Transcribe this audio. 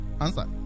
answer